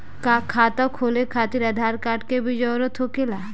का खाता खोले खातिर आधार कार्ड के भी जरूरत होखेला?